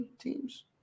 teams